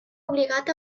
obligat